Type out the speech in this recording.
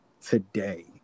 today